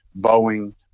Boeing